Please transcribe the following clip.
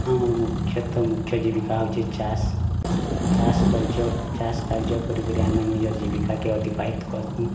ଆମର୍ ମୁଖ୍ୟତଃ ମୁଖ୍ୟ ଜୀବିକା ହଉଛି ଚାଷ୍ ଚାଷ୍ କରିଛ ଚାଷ୍ କାର୍ଯ୍ୟ କରି କରି ଆମେ ନିଜର୍ ଜୀବିକା କେ ଅତିବାହିତ କରତୁ